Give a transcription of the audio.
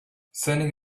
sending